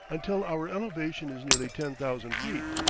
until our elevation is nearly ten thousand feet,